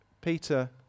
Peter